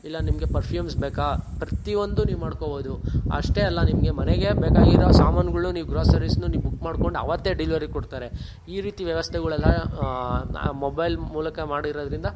ಇಲ್ಲ ನಿಮಗೆ ಪರ್ಫ್ಯೂಮ್ಸ್ ಬೇಕಾ ಪ್ರತಿಯೊಂದು ನೀವು ಮಾಡ್ಕೊಬೋದು ಅಷ್ಟೇ ಅಲ್ಲ ನಿಮಗೆ ಮನೆಗೆ ಬೇಕಾಗಿರೋ ಸಾಮಾನುಗಳ್ನೂ ನೀವು ಗ್ರೋಸರಿಸ್ನು ನೀವು ಬುಕ್ ಮಾಡ್ಕೊಂಡು ಆವತ್ತೇ ಡಿಲ್ವರಿ ಕೊಡ್ತಾರೆ ಈ ರೀತಿ ವ್ಯವಸ್ಥೆಗಳೆಲ್ಲಾ ನ ಮೊಬೈಲ್ ಮೂಲಕ ಮಾಡಿರೋದ್ರಿಂದ